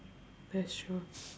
that's true